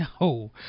no